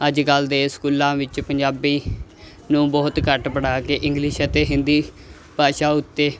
ਅੱਜ ਕੱਲ੍ਹ ਦੇ ਸਕੂਲਾਂ ਵਿੱਚ ਪੰਜਾਬੀ ਨੂੰ ਬਹੁਤ ਘੱਟ ਪੜ੍ਹਾ ਕੇ ਇੰਗਲਿਸ਼ ਅਤੇ ਹਿੰਦੀ ਭਾਸ਼ਾ ਉੱਤੇ